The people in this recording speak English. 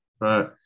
Right